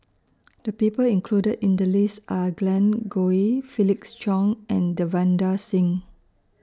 The People included in The list Are Glen Goei Felix Cheong and Davinder Singh